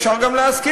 אפשר גם להסכים,